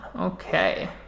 Okay